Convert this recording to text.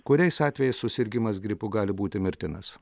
kuriais atvejais susirgimas gripu gali būti mirtinas